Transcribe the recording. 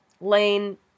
Lane